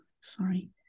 sorry